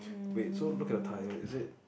wait so look at the tire is it